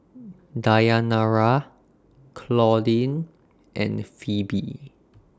Dayanara Claudine and Phebe